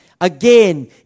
Again